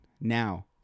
now